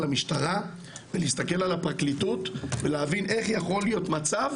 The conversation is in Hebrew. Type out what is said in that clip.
המשטרה ולהסתכל על הפרקליטות ולהבין איך יכול להיות מצב